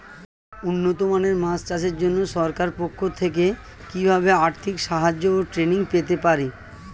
উন্নত মানের মাছ চাষের জন্য সরকার পক্ষ থেকে কিভাবে আর্থিক সাহায্য ও ট্রেনিং পেতে পারি?